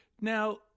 Now